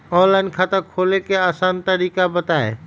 Online खाता खोले के आसान तरीका बताए?